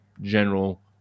general